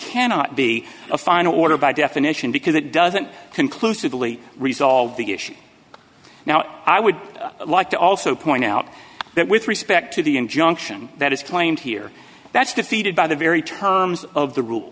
cannot be a final order by definition because it doesn't conclusively resolve the issue now i would like to also point out that with respect to the injunction that is claimed here that's defeated by the very terms of the rule